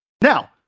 Now